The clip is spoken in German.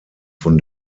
von